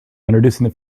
introducing